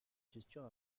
gestion